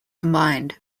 combined